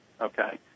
Okay